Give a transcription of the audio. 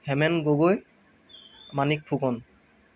Hemen Gogoi Manik Phukan